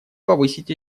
повысить